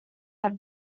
have